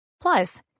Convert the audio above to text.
Plus